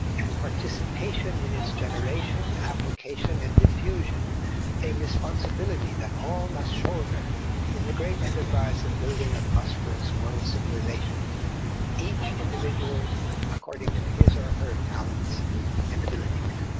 and participation in its generation, application and diffusion a responsibility that all must shoulder in the great enterprise of building a prosperous world civilization each individual according to his or her talents and abilities.